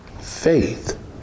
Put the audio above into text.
Faith